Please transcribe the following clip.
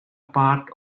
part